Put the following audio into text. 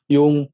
Yung